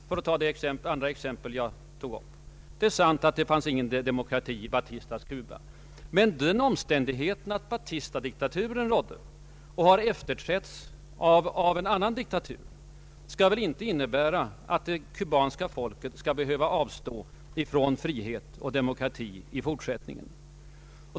För att beröra det andra exemplet jag tog upp, nämligen Cuba, är det sant att det inte fanns någon demokrati i Batistas Cuba, men den omständigheten att Batistadiktaturen har efterträtts av en annan diktatur får väl ändå inte innebära att det kubanska folket skall behöva avstå från frihet och demokrati i fortsättningen.